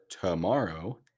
tomorrow